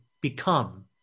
become